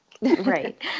Right